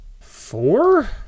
Four